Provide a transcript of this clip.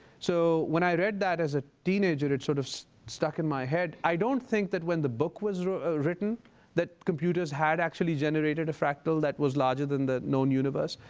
so when i read that as a teenager it sort of stuck in my head. i don't think that when the book was written that computers had actually generated a fractal that was larger than the known universe,